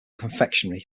confectionery